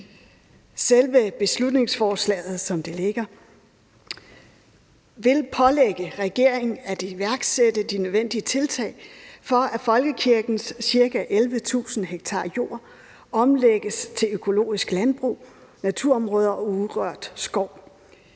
Selve beslutningsforslaget, som det ligger, vil pålægge regeringen at iværksætte de nødvendige tiltag, for at folkekirkens ca. 11.000 ha jord omlægges til økologisk landbrug, naturområder og urørt skov.